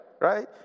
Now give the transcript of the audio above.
right